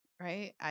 right